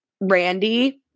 Randy